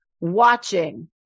watching